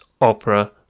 opera